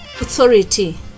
authority